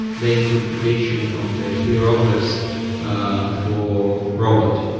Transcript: the interpretation of the hieroglyphs for robot.